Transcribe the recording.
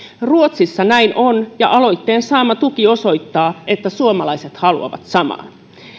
ruotsissa näin on ja aloitteen saama tuki osoittaa että suomalaiset haluavat samaa